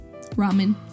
ramen